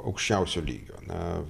aukščiausio lygio na